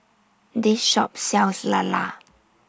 This Shop sells Lala